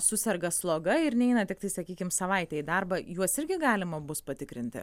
suserga sloga ir neina tiktai sakykim savaitę į darbą juos irgi galima bus patikrinti